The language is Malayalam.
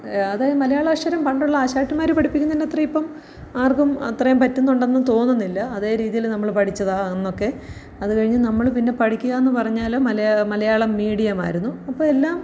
അതായത് മലയാള അക്ഷരം പണ്ടുള്ള ആശാട്ടിമാർ പഠിപ്പിക്കുന്നതിനത്രയും ഇപ്പം ആർക്കും അത്രയും പറ്റുന്നുണ്ടെന്ന് തോന്നുന്നില്ല അതേ രീതിയിൽ നമ്മൾ പഠിച്ചതാണ് അന്നൊക്കെ അത് കഴിഞ്ഞ് നമ്മൾ പിന്നെ പഠിക്കുകായെന്ന് പറഞ്ഞാൽ മലയാളം മീഡിയം ആയിരുന്നു അപ്പോൾ എല്ലാം